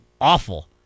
awful